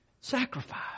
Sacrifice